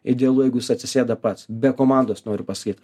idealu jeigu jis atsisėda pats be komandos noriu pasakyt